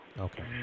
Okay